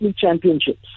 championships